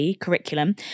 curriculum